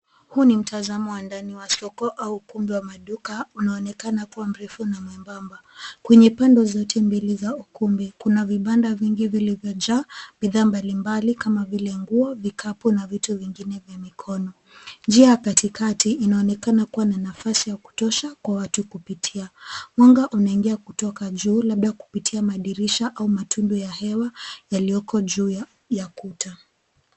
Huu ni mtazamo wa ndani wa soko au ukumbi wa maduka unaoonekana kuwa mrefu na mwembamba. Kwenye pande zote mbili za ukumbi kuna vibanda vingi vilivyojaa bidhaa mbali mbali kama vile nguo, vikapu na vitu vingine vya mikono. Njia ya katikati inaonekana kuwa na nafasi ya kutosha kwa watu kupitia. Mwanga unaingia kutoka juu labda kupitia madirisha au matundu ya hewa yaliyoko juu ya kuta.